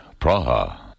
Praha